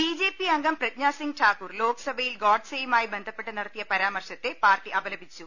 B J P അംഗം പ്രജ്ഞാസിംഗ് ഠാക്കൂർ ലോക്സഭയിൽ ഗോഡ്സെയുമായി ബന്ധപ്പെട്ട് നടത്തിയ പരാമർശത്തെ പാർട്ടി അപലപിച്ചു